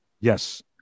Yes